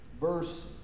verse